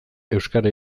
euskara